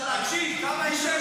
קיסינג'ר --- זה מה שיקרה,